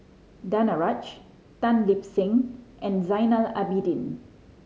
Danaraj Tan Lip Seng and Zainal Abidin